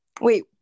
Wait